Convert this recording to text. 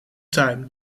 time